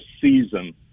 season